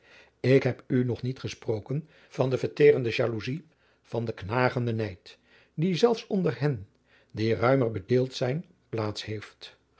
ik heb u nog niet gesproken van de verterende jaloezij van den knagenden nijd die zelfs onder hen die ruimer bedeeld zijn plaats heeft